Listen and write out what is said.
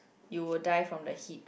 you will die from the heat